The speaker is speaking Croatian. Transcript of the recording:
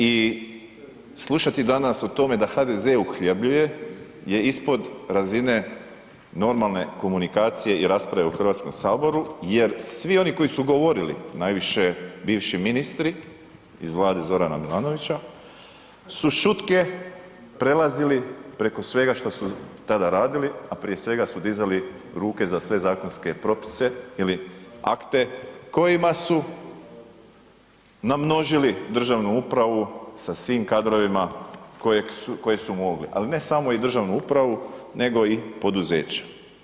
I slušati danas o tome da HDZ uhljebljuje je ispod razine normalne komunikacije i rasprave u Hrvatskom saboru jer svi oni koji su govorili, najviše bivši ministri iz vlade Zorana Milanovića su šutke prelazili preko svega što su tada radili, a prije svega su dizali ruke za sve zakonske propise ili akte kojima su namnožili državnu upravu sa svim kadrovima koje su mogli, ali ne samo i državnu upravu nego i poduzeća.